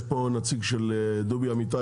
יש פה נציג של דובי אמיתי?